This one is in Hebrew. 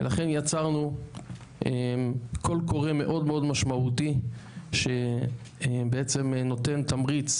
ולכן יצרנו קול קורא מאוד מאוד משמעותי שבעצם נותן תמריץ